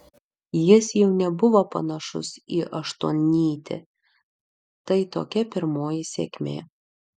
jis jau nebuvo panašus į aštuonnytį tai tokia pirmoji sėkmė